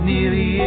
Nearly